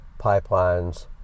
pipelines